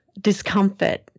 discomfort